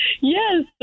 Yes